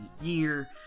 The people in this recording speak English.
year